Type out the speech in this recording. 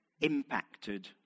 impacted